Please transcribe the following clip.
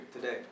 today